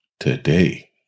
Today